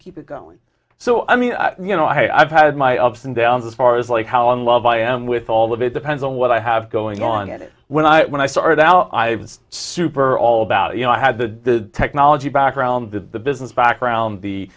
going so i mean you know i've had my ups and downs as far as like how in love i am with all of it depends on what i have going on it is when i when i started out i was super all about you know i had the technology background the business background the